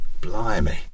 Blimey